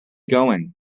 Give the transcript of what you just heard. going